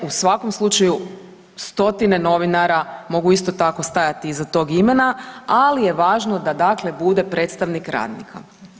U svakom slučaju stotine novinara mogu isto tako stajati iza tog imena, ali je važno da dakle bude predstavnik radnika.